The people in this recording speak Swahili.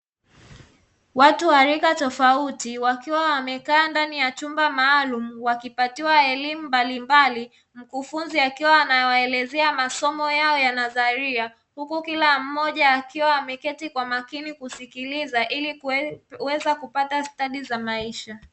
Watu wa rika tofauti wakiwa wamekaa ndani ya chumba maalum wakipatiwa elimu mbalimbali. Mkufunzi akiwa anawaelezea masomo yao ya nadhalia huku kila mmoja akiwa ameketi kwa makini kusikiliza ili kuweza kupata stadi za maisha.